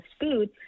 food